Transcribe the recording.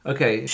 Okay